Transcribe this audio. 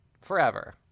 forever